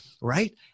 right